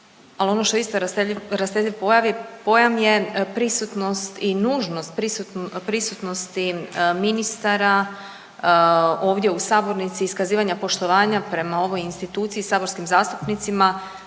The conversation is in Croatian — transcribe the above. ali ono što je isto rastezljiv pojam je prisutnost i nužnost prisutnosti ministara ovdje u sabornici, iskazivanja poštovanja prema ovoj instituciji i saborskim zastupnicima